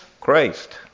Christ